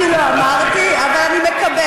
אני לא אמרתי, אבל אני מקבלת.